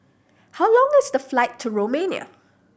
how long is the flight to Romania